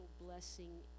blessing